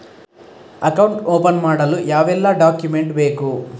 Account open ಮಾಡಲು ಯಾವೆಲ್ಲ document ಬೇಕು?